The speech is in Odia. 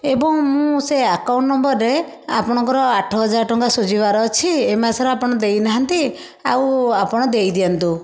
ଏବଂ ମୁଁ ସେ ଆକାଉଣ୍ଟ ନମ୍ବରରେ ଆପଣଙ୍କର ଆଠହଜ଼ାର ଟଙ୍କା ସୁଝିବାର ଅଛି ଏ ମାସରେ ଦେଇ ନାହାଁନ୍ତି ଆଉ ଆପଣ ଦେଇ ଦିଅନ୍ତୁ